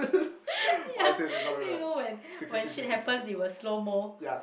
ya then you know when when shit happens it will slow mo